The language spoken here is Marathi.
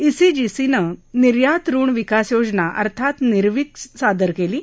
ईसीजीसीनं निर्यात रिण विकास योजना अर्थात निर्विक सादर केली आहे